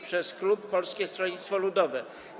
przez klub Polskiego Stronnictwa Ludowego.